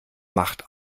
macht